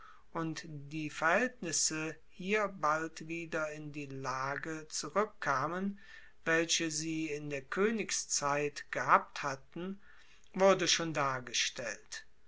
und die verhaeltnisse hier bald wieder in die lage zurueckkamen welche sie in der koenigszeit gehabt hatten wurde schon dargestellt